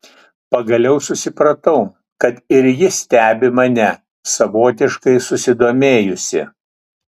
pagaliau supratau kad ir ji stebi mane savotiškai susidomėjusi